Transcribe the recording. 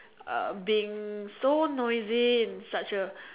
uh being so noisy in such a